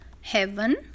heaven